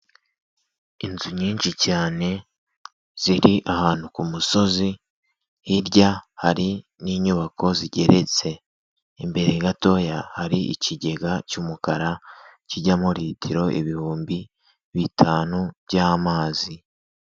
Inzu nyinshi cyane, ziri ahantu ku musozi, hirya hari n'inyubako zigeretse. Imbere gatoya hari ikigega cy'umukara, kijyamo litiro ibihumbi bitanu by'amazi.